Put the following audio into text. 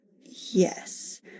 yes